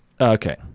Okay